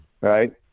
right